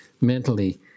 mentally